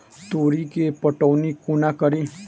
तोरी केँ पटौनी कोना कड़ी?